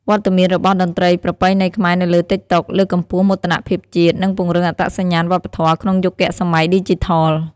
វត្តមានរបស់តន្ត្រីប្រពៃណីខ្មែរនៅលើ តិកតុក លើកកម្ពស់មោទនភាពជាតិ និងពង្រឹងអត្តសញ្ញាណវប្បធម៌ក្នុងយុគសម័យឌីជីថល។